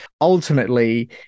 ultimately